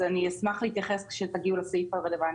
אני אשמח להתייחס כאשר תגיעו לדיון בסעיף הרלוונטי.